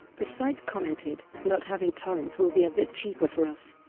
the site commented not having torrents will be a bit cheaper for us,